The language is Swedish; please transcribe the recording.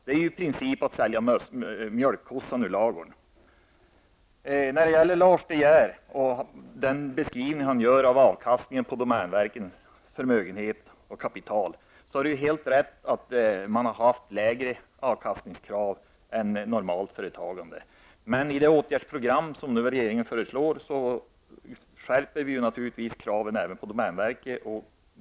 Det är i princip som att sälja mjölkkossan ur ladugården. Den beskrivning som Lars De Geer gör av avkastningen på domänverkets förmögenhet och kapital är helt riktig, man har haft lägre avkastningskrav än normalt företagande. Men i det åtgärdsprogram som regeringen föreslår skärper vi naturligtvis kraven även på domänverket.